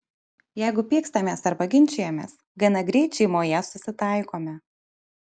jeigu pykstamės arba ginčijamės gana greit šeimoje susitaikome